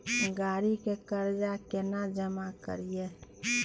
गाड़ी के कर्जा केना जमा करिए?